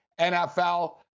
NFL